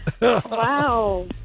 Wow